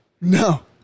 No